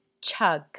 chug